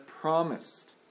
promised